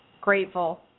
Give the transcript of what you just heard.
grateful